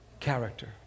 Character